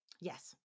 Yes